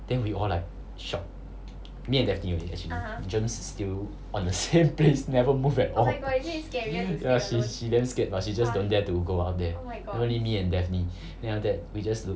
then we all like shocked me and daphne only actually germs is still on the same place never move at all ya she she damn scared but she just don't dare to go out there only me and daphne then after that we just look